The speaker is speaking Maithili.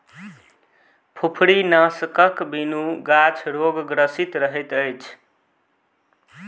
फुफरीनाशकक बिनु गाछ रोगग्रसित रहैत अछि